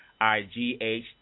I-G-H